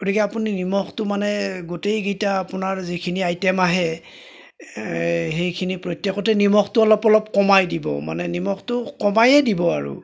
গতিকে আপুনি নিমখটো মানে গোটেইকেইটা আপোনাৰ যিখিনি আইটেম আহে সেইখিনি প্ৰত্যেকতে নিমখটো অলপ অলপ কমাই দিম মানে নিমখটো কমায়েই দিব আৰু